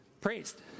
praised